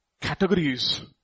Categories